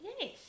Yes